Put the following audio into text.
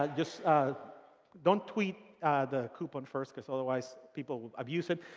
ah just don't tweet the coupon first because otherwise people will um use it.